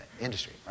industry